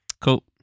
cool